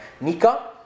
nika